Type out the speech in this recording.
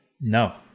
No